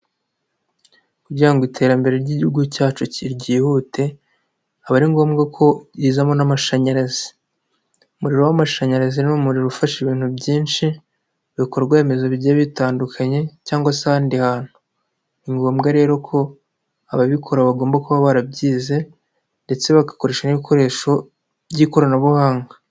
Kugira ngo iterambere ry'igihugu cyacu ryihutebe, aba ari ngombwa ko rizamo n'amashanyarazi. Umuriro w'amashanyarazi ni umuriro ufasha ibintu byinshi, ibikorwaremezo bigiye bitandukanye, cyangwa se ahandi hantu. Ni ngombwa rero ko ababikora bagomba kuba barabyize ndetse bagakoresha n'ibikoresho by'ikoranabuhanga.